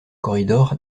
corridor